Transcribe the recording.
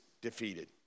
defeated